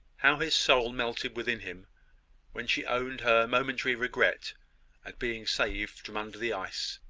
how his soul melted within him when she owned her momentary regret at being saved from under the ice,